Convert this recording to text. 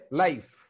life